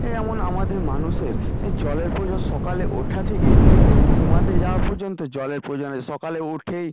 এ যেমন আমাদের মানুষের জলের প্রয়োজন সকালে ওঠা থেকে এই ঘুমাতে যাওয়া পর্যন্ত জলের প্রয়োজন আছে সকালে উঠেই